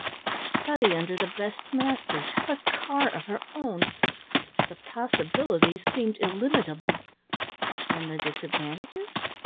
study under the best masters, have a car of her own the possibilities seemed illimitable and the disadvantages?